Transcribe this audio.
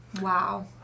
Wow